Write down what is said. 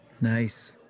Nice